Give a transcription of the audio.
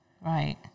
Right